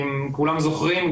כולם זוכרים,